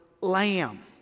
lamb